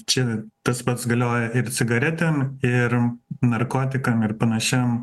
čia tas pats galioja ir cigaretėm ir narkotikam ir panašiam